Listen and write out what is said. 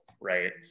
right